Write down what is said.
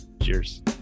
Cheers